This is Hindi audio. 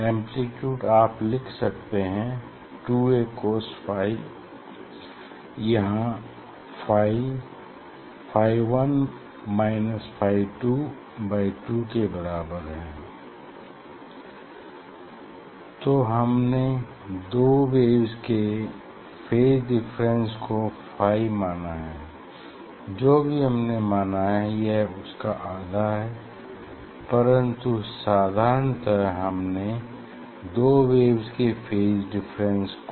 एम्प्लीट्यूड आप लिख सकते हैं 2 A cos फाई यहाँ phi phi 1 minus phi 2 by 2 के बराबर है तो हमने दो वेव्स के फेज डिफरेंस को फाई माना है जो भी हमने माना है या यह उसका आधा है परन्तु साधारणतः हमने दो वेव्स के फेज डिफरेंस को फाई माना हैं